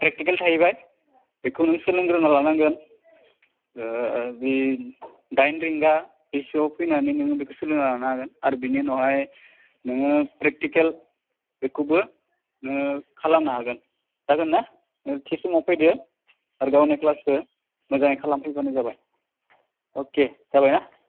practical थाहैबाय बेखौ नों सोलोंग्रोना लानांगोन बे दाइन रिंगा बेसोआव फैनानै नोङो बेफोरखो सोलोंना लानो हागोन आरो बेनि उनावहाय नोङो प्रेक्टिकेल बेखौबो नों खालामनो हागोन जागोन ना नों थि समाव फैदो आरो गावनि क्लासखौ मोजाङै खालामफैबानो जाबाय अके जाबायना